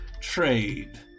trade